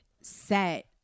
set